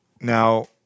Now